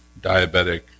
diabetic